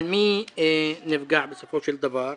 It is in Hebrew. אבל מי נפגע בסופו של דבר?